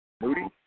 Moody